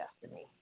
destiny